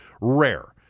rare